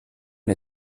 der